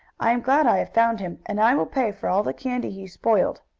i am glad i have found him, and i will pay for all the candy he spoiled.